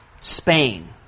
Spain